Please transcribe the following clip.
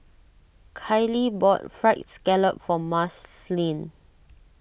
Kylee bought Fried Scallop for Marceline